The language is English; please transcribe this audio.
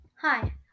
Hi